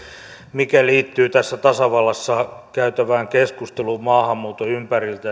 mikä liittyy tässä tasavallassa käytävään keskusteluun maahanmuuton ympärillä